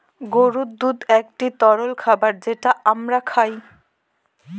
গরুর দুধ একটি তরল খাবার যেটা আমরা খায়